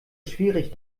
schwierig